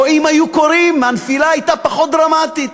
או אם היו קורים, הנפילה הייתה פחות דרמטית.